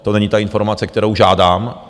To není ta informace, kterou žádám.